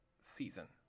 season